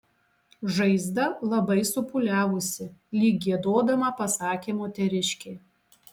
žaizda labai supūliavusi lyg giedodama pasakė moteriškė